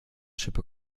schippe